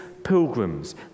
pilgrims